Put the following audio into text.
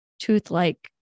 tooth-like